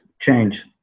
change